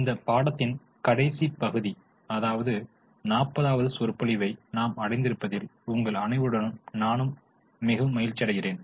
இந்த பாடத்தின் கடைசி பகுதி அதாவது 40 வது சொற்பொழிவை நாம் அடைந்திருப்பதில் உங்கள் அனைவருடனும் சேர்ந்து நானும் மிகவும் மகிழ்ச்சியடைகிறேன்